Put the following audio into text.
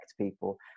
people